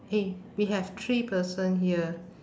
!hey! we have three person here